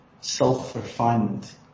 self-refinement